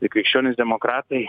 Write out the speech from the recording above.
ir krikščionys demokratai